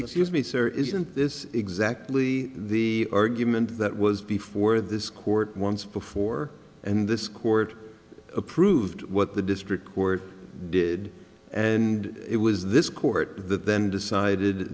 excuse me sir isn't this exactly the argument that was before this court once before and this court approved what the district court did and it was this court that then decided